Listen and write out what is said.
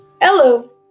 Hello